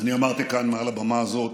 אני אמרתי כאן, מעל הבמה הזאת,